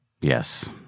Yes